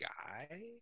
guy